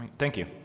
thank you.